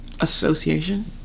Association